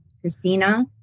Christina